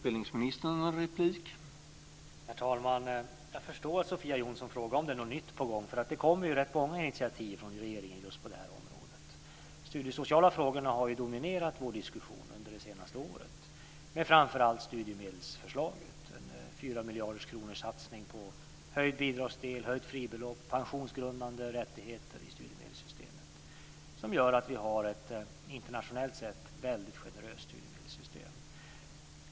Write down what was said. Herr talman! Jag förstår om Sofia Jonsson frågar om det är något nytt på gång, för det kommer rätt många initiativ från regeringen just på det här området. De studiesociala frågorna har dominerat vår diskussion under det senaste året, men framför allt studiemedelsförslaget, en satsning på 4 miljarder kronor på höjd bidragsdel, höjt fribelopp, pensionsgrundande rättigheter i studiemedelssystemet, som gör att vi har ett internationellt sett väldigt generöst studiemedelssystem.